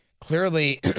clearly